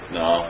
no